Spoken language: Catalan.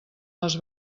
les